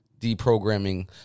deprogramming